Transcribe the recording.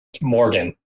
morgan